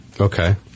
Okay